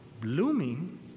blooming